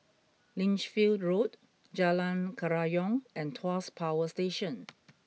Lichfield Road Jalan Kerayong and Tuas Power Station